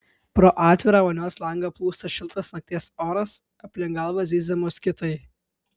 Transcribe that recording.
pro atvirą vonios langą plūsta šiltas nakties oras aplink galvą zyzia moskitai